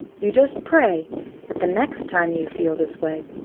you just pray that the next time you feel this way,